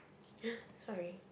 sorry